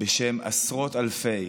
בשם עשרות אלפי